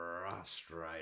frustrated